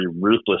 ruthless